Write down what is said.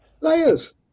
Layers